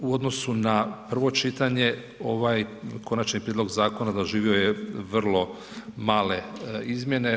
U odnosu na prvo čitanje ovaj konačni prijedlog zakona doživio je vrlo male izmjene.